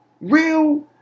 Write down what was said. real